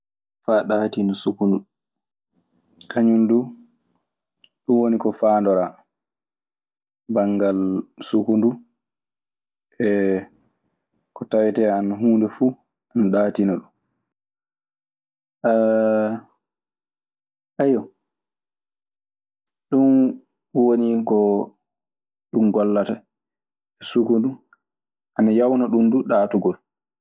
Faa laɓa leeɓi neɗɗo. Kañun duu, ɗun woni ko faandoraa banngal sukundu e ko tawetee ana, huunde fuu ne ɗaatina ɗun. Ɗun woni ko ɗun gollata. Sukundu ana yawna ɗun duu ɗaatugol.